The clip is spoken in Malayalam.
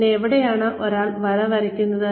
പിന്നെ എവിടെയാണ് ഒരാൾ വര വരയ്ക്കുന്നത്